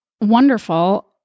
wonderful